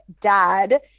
dad